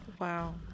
Wow